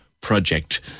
Project